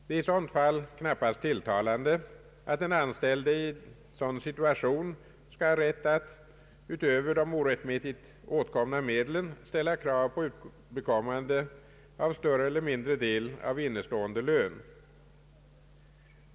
Det är i sådant fall knappast tilltalande att den anställde skall ha rätt att, utöver de orättmätigt åtkomna medlen, ställa krav på utbekommande av större eller mindre del av innestående lön.